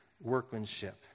workmanship